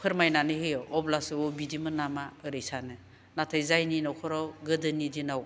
फोरमायनानै होयो अब्लासो अ बिदिमोन नामा ओरै सानो नाथाय जायनि न'खराव गोदोनि दिनाव